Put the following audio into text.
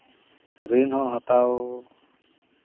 ᱨᱤᱱ ᱦᱚᱸ ᱦᱟᱛᱟᱣ